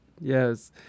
yes